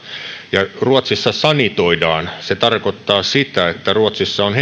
ruotsissa sanitoidaan se tarkoittaa sitä että ruotsissa on